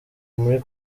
muri